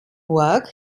work